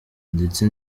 ndetse